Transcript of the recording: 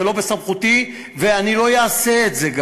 זה לא בסמכותי, ואני גם לא אעשה את זה.